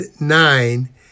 nine